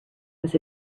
was